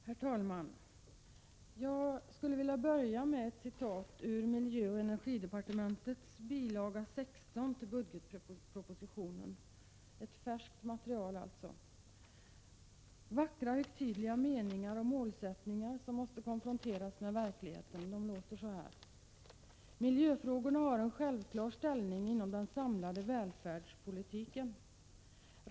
Herr talman! Jag vill börja med ett citat ur miljöoch energidepartementets bil. 16 till budgetpropositionen, alltså ett färskt material. Det är vackra och högtidliga meningar om målsättningar som måste konfronteras med verkligen. De låter så här: ”Miljöfrågorna har en självklar ställning inom den samlade välfärdspolitiken.